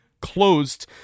closed